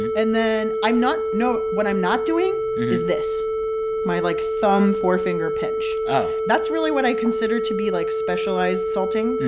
and then i'm not no. what i'm not doing it is this my, like, thumb-forefinger pinch oh that's really what i consider to be, like, specialized salting,